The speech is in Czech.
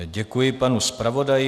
Děkuji panu zpravodaji.